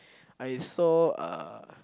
I saw uh